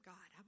God